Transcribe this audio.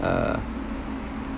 uh